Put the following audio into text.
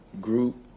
group